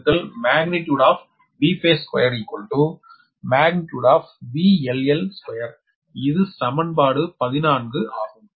3 magnitude Vphase2 magnitude VL L2இது சமன்பாடு 14 ஆகும்